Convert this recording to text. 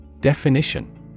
Definition